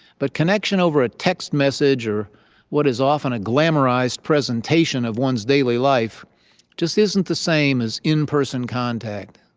but connection over a text message or what is often a glamorized presentation of one's daily life just isn't the same as in-person contact.